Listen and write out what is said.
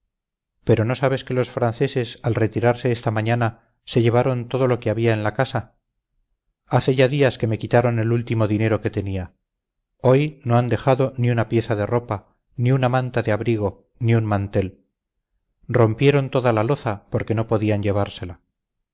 pero no sabes que los franceses al retirarse esta mañana se llevaron todo lo que había en la casa hace ya días que me quitaron el último dinero que tenía hoy no han dejado ni una pieza de ropa ni una manta de abrigo ni un mantel rompieron toda la loza porque no podían llevársela